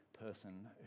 person